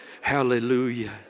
hallelujah